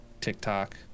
TikTok